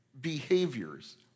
behaviors